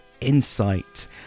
insight